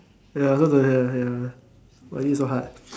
ya I also don't have ya why is it so hard